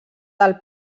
del